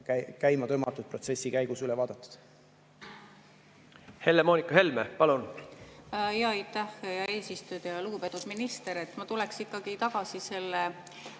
käima tõmmatud protsessi käigus üle vaadatud.